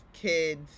kids